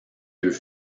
deux